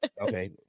Okay